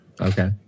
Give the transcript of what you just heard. Okay